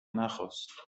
نخواست